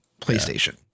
PlayStation